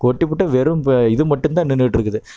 கொட்டிப்புட்டு வெறும் இப்போ இது மட்டுந்தான் நின்றுக்கிட்டு இருக்குது